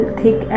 thick